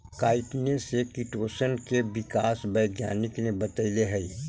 काईटिने से किटोशन के विकास वैज्ञानिक ने बतैले हई